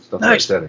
Nice